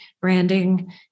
branding